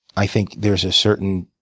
i think there's a certain